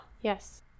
Yes